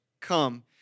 come